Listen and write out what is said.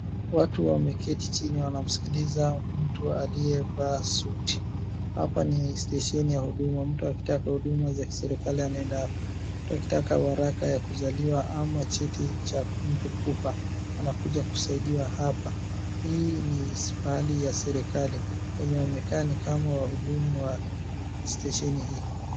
Watu wameketi chini wanamsikiliza mtu aliyevaa suti. Hapa ni stesheni ya huduma. Mtu akitaka huduma za kiserekali anaenda hapa. Mtu akitaka waraka ya kuzaliwa ama cheti cha mtu kufa anakuja kusaidiwa hapa. Hii ni pahali ya serekali . Wenye wamekaa ni kama wahudumu wa stesheni hii.